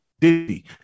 Diddy